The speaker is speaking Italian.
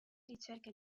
ricerche